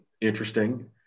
interesting